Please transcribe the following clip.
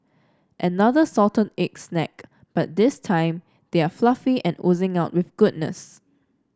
another salted egg snack but this time they are fluffy and oozing with goodness